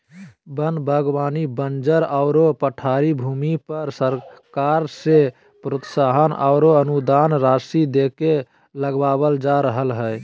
वन बागवानी बंजर आरो पठारी भूमि पर सरकार से प्रोत्साहन आरो अनुदान राशि देके लगावल जा रहल हई